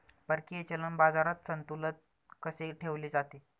परकीय चलन बाजारात संतुलन कसे ठेवले जाते?